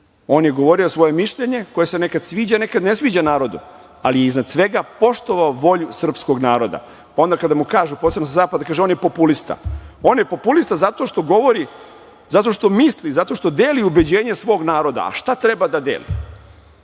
On je govorio svoje mišljenje, koje se nekad sviđa, a nekad ne sviđa narodu, ali je iznad svega poštovao volju srpskog naroda. Onda kada mu kažu, posebno sa zapada – on je populista. On je populista zato što govori, zato što misli, zato što deli ubeđenje svog naroda. A šta treba da deli?